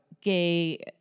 gay